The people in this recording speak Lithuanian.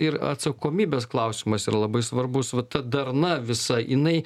ir atsakomybės klausimas yra labai svarbus va ta darna visa jinai